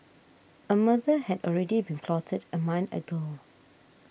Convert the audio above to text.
a murder had already been plotted a month ago